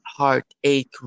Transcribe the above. heartache